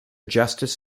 justice